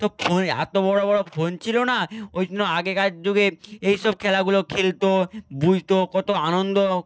তো ফোন এত বড় বড় ফোন ছিল না ওই জন্য আগেকার যুগে এইসব খেলাগুলো খেলত বুঝত কত আনন্দ